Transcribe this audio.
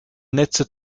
netze